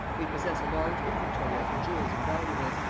we possess a large inventory of her jewels and valuables,